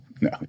no